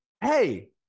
hey